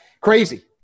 Crazy